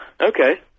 Okay